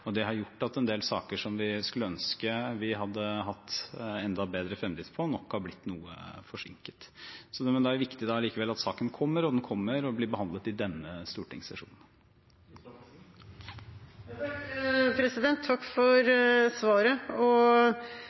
Det har gjort at en del saker som vi skulle ønske vi hadde hatt enda bedre fremdrift på, nok har blitt noe forsinket. Men det er allikevel viktig at saken kommer, og den kommer og blir behandlet i denne stortingssesjonen. Takk for svaret.